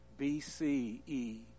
BCE